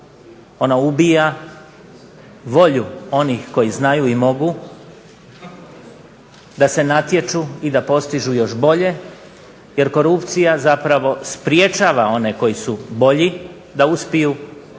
Ona ubija volju onih koji znaju i mogu da se natječu i da postižu još bolje, jer korupcija zapravo sprječava one koji su bolji da uspiju, i